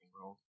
world